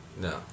No